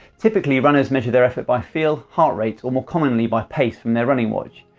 typically runners measure their effort by feel, heart rate, or more commonly by pace from their running watch.